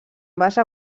base